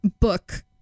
book